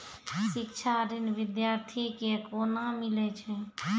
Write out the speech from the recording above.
शिक्षा ऋण बिद्यार्थी के कोना मिलै छै?